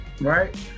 right